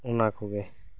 ᱚᱱᱟ ᱠᱚ ᱜᱮ